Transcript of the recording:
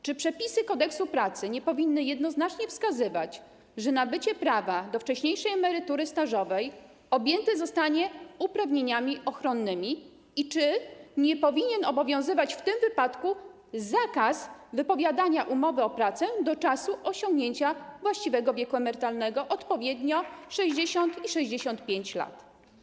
Czy przepisy Kodeksu pracy nie powinny jednoznacznie wskazywać, że nabycie prawa do wcześniejszej emerytury stażowej objęte zostanie uprawnieniami ochronnymi i czy nie powinien obowiązywać w tym wypadku zakaz wypowiadania umowy o pracę do czasu osiągnięcia właściwego wieku emerytalnego, odpowiednio 60 i 65 lat?